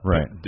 Right